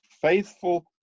faithful